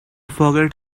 forget